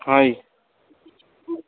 ਹਾਂ ਜੀ